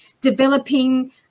developing